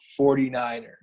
49ers